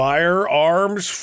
Firearms